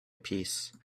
peace